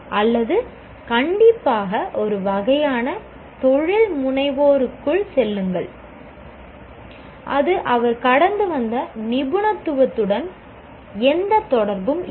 அல்லது கண்டிப்பாக ஒரு வகையான தொழில்முனைவோருக்குள் செல்லுங்கள் அது அவர் கடந்து வந்த நிபுணத்துவத்துடன் எந்த தொடர்பும் இல்லை